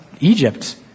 Egypt